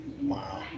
Wow